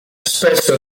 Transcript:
spesso